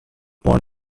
born